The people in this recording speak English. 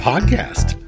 podcast